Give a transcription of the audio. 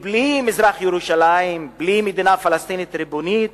בלי מזרח-ירושלים, בלי מדינה פלסטינית ריבונית,